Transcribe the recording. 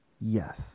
Yes